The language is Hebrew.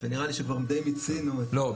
ונראה לי שכבר די מיצינו --- לא,